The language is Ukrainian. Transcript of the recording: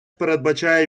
передбачає